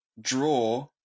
draw